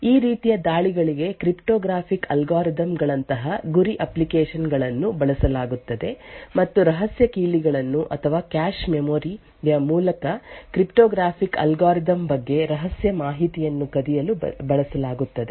ಈ ರೀತಿಯ ದಾಳಿಗಳಿಗೆ ಕ್ರಿಪ್ಟೋಗ್ರಾಫಿಕ್ ಅಲ್ಗಾರಿದಮ್ ಗಳಂತಹ ಗುರಿ ಅಪ್ಲಿಕೇಶನ್ ಗಳನ್ನು ಬಳಸಲಾಗುತ್ತದೆ ಮತ್ತು ರಹಸ್ಯ ಕೀಲಿಗಳನ್ನು ಅಥವಾ ಕ್ಯಾಶ್ ಮೆಮೊರಿ ಯ ಮೂಲಕ ಕ್ರಿಪ್ಟೋಗ್ರಾಫಿಕ್ ಅಲ್ಗಾರಿದಮ್ ಬಗ್ಗೆ ರಹಸ್ಯ ಮಾಹಿತಿಯನ್ನು ಕದಿಯಲು ಬಳಸಲಾಗುತ್ತದೆ